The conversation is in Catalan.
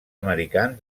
americans